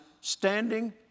standing